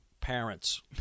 parents